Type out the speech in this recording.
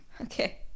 okay